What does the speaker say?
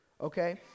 Okay